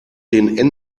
den